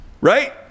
right